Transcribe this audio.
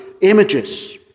images